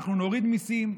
אנחנו נוריד מיסים,